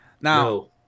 Now